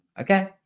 Okay